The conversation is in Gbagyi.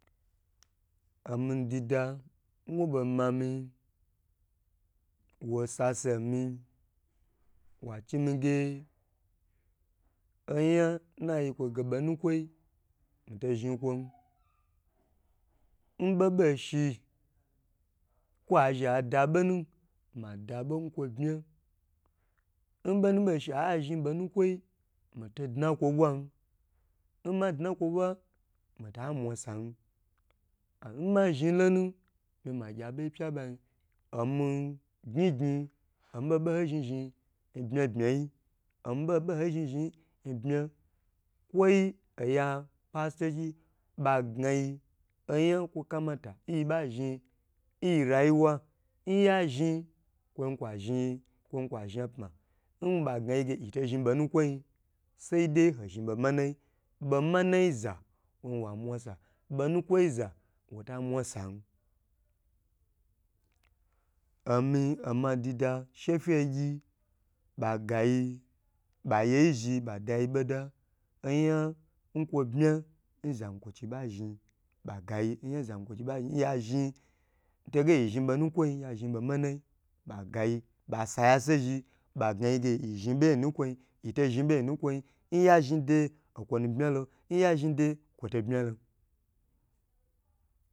Omi dida nwobo mamiyi wo sasa mi wa chimi ge oyan nayi kwo ge bo nukwoyi mito zhni kwon nbobo shi kwa zhni adabonu madabo nkwo bma nbonu bo shi aye azhn bo nukwoi mito dna kwo bwan nmadna kwo bwa mita mwa san nma zhn lonu mima gya boyi banu omi gyn gyn oma bobo yi zhni zhni n bma bma yi omi boboi zhn zhn n bmi kwoi oya pastochi ba gna yi oyan kwo kamata nyi ba zhn n yi rayiwa nya zhn kwon kwa zhn yi kwon kwa zha pma mbagna yigu yito zhni bo nukwo yi saide mi zhn bo manayi bo manayi za won wa mwa sa bonu kwoyi za wo ta mwa san omi oma dida she fe gyi ba gayi ba yeyi zhn ba dayi boda oya nkwo bma nzankwochi ba zhn, ba ga yi oyan zan kwochi ba zhn ya zhn to ge yi zhn bonu kwoyin ya zhn bo manayi bagayi ba sa ya se zhi ba gna yi ge yi zhn beye nukwoyin, yito zhn beyenu kwoyi nya zhn deye nkwo nu bmalo nya zhn deye kwo to bma lon